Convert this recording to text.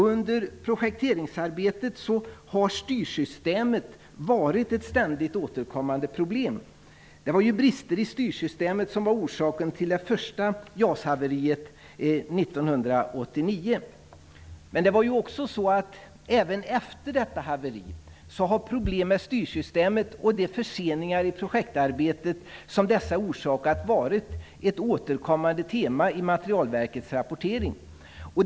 Under projekteringsarbetet har fel i styrsystemet varit ett ständigt återkommande problem. Det var brister i styrsystemet som var orsken till det första JAS haveriet 1989. Men även efter detta haveri har problem i styrsystemet och de förseningar i projektarbetet som dessa orsakat varit ett återkommande tema i Försvarets materielverks rapportering.